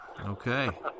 Okay